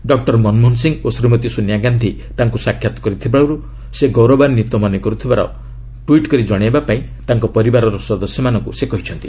doctor Manmohan Singh ଓ ଶ୍ରୀମତୀ ସୋନିଆଗନ୍ଧୀ ତାଙ୍କୁ ସାକ୍ଷାତ୍ କରିଥିବାରୁ ସେ ଗୌରବାନ୍ୱିତ ମନେ କରୁଥିବାରୁ ଟ୍ୱିଟ୍ କରି ଜଣାଇବା ପାଇଁ ତାଙ୍କ ପରିବାରର ସଦସ୍ୟଙ୍କୁ କହିଛନ୍ତି